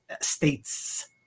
States